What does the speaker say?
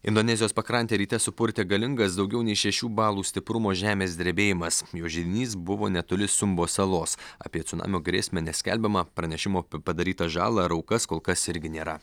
indonezijos pakrantę ryte supurtė galingas daugiau nei šešių balų stiprumo žemės drebėjimas jo židinys buvo netoli sumbo salos apie cunamio grėsmę neskelbiama pranešimo apie padarytą žalą ar aukas kol kas irgi nėra